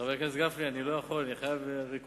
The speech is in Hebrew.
חבר הכנסת גפני, אני לא יכול, אני חייב ריכוז.